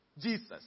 Jesus